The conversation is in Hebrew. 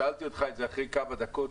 שאלתי אותך את זה אחרי כמה דקות,